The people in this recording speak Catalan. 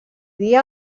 dia